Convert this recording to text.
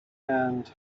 and